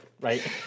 Right